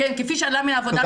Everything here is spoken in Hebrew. כפי שעלה מהעבודה של בן ראובן.